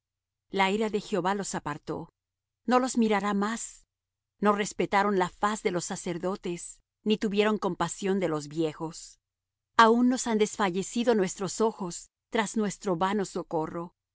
la ira de jehová los apartó no los mirará más no respetaron la faz de los sacerdotes ni tuvieron compasión de los viejos aun nos han desfallecido nuestros ojos tras nuestro vano socorro